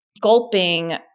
gulping